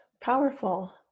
powerful